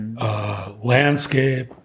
Landscape